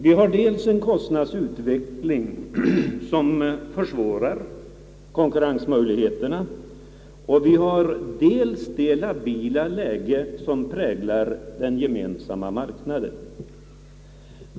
Vi har dels en kostnadsutveckling som försvårar konkurrensmöjligheterna, dels det labila läge som präglar den gemensamma marknaden.